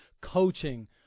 coaching